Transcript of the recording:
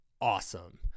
awesome